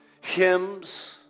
Hymns